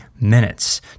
minutes